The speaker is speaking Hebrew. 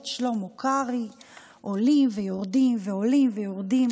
שלמה קרעי עולים ויורדים ועולים ויורדים